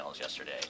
yesterday